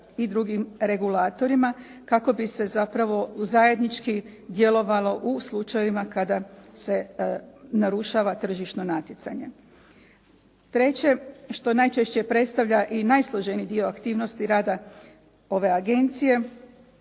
i drugim regulatorima kako bi se zapravo zajednički djelovalo u slučajevima kada se narušava tržišno natjecanje. Treće što najčešće predstavlja i najsloženiji dio aktivnosti rada ove agencije